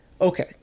okay